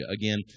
Again